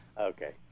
Okay